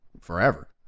Forever